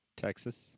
Texas